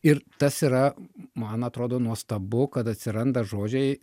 ir tas yra man atrodo nuostabu kad atsiranda žodžiai